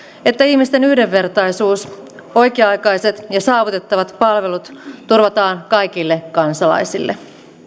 että ihmisten yhdenvertaisuus oikea aikaiset ja saavutettavat palvelut turvataan kaikille kansalaisille